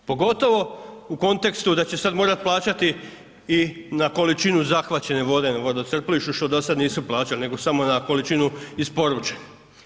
Pogotovo u kontekstu da će sad morati plaćati i na količinu zahvaćene vode na vodocrpilištu što do sad nisu plaćali, nego samo na količinu isporučene.